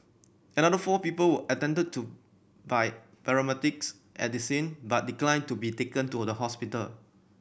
another four people were attended to by paramedics at the scene but declined to be taken to the hospital